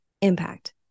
Impact